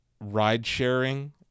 ride-sharing